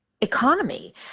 economy